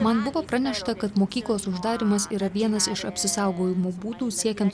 man buvo pranešta kad mokyklos uždarymas yra vienas iš apsisaugojimo būdų siekiant